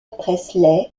presley